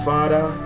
Father